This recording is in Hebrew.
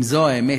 אם זו האמת,